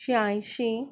श्यायंशी